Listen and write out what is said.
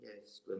yes